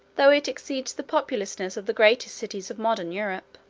though it exceeds the populousness of the greatest cities of modern europe.